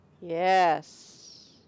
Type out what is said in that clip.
yes